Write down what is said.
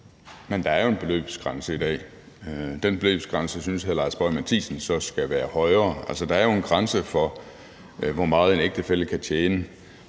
Men der er jo en beløbsgrænse i dag. Den beløbsgrænse synes hr. Lars Boje Mathiesen så skal være højere. Altså, der er jo en grænse for, hvor meget en ægtefælle kan tjene,